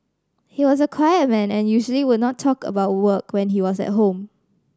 he was a quiet man and usually would not talk about work when he was at home